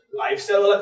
lifestyle